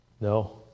No